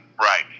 right